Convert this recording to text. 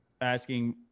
asking